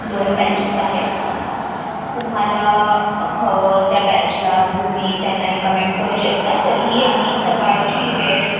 दोन बॅचेस आहेत तुम्हाला हवं त्या बॅचला तुम्ही त्यांना रिकमेंड करू शकता तरीही आम्ही सकाळची वेळ